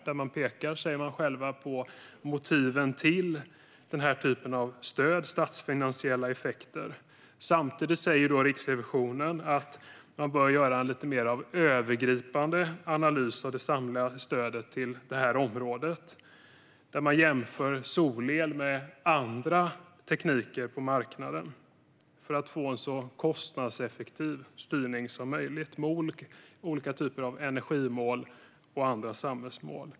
Man säger själv att man ska peka på motiven till den här typen av stöd och på statsfinansiella effekter. Samtidigt säger Riksrevisionen att man bör göra en lite mer övergripande analys av det samlade stödet till detta område, där man jämför solel med andra tekniker på marknaden för att få en så kostnadseffektiv styrning som möjligt med olika typer av energimål och andra samhällsmål.